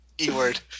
E-word